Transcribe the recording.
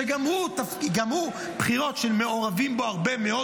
שגם בבחירות שם מעורבים בהן הרבה מאוד